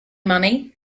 money